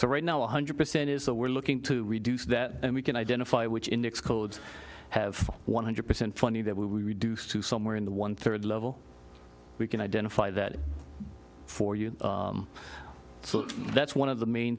so right now one hundred percent is that we're looking to reduce that and we can identify which index codes have one hundred percent funny that we were reduced to somewhere in the one third level we can identify that for you so that's one of the main